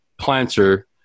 planter